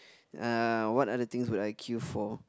uh what are the things would I queue for